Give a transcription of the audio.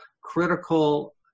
critical